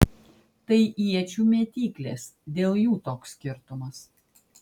tai iečių mėtyklės dėl jų toks skirtumas